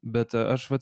bet aš vat